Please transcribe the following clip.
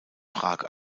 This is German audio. prag